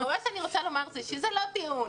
מה שאני רוצה לומר זה שזה לא טיעון.